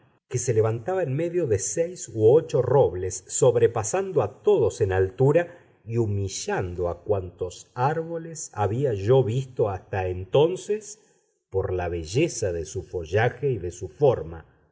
que se levantaba en medio de seis u ocho robles sobrepasando a todos en altura y humillando a cuantos árboles había yo visto hasta entonces por la belleza de su follaje y de su forma